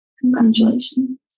congratulations